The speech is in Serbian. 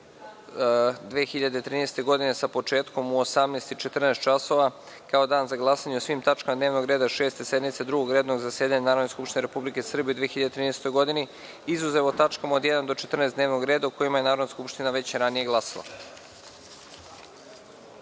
2013. godine, sa početkom u 18,14 časova kao dan za glasanje o svim tačkama dnevnog reda Šeste sednice Drugog redovnog zasedanja Narodne skupštine Republike Srbije u 2013. godini, izuzev o tačkama od 1. do 14. dnevnog reda, o kojima je Narodna skupština već ranije glasala. Pre